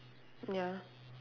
ya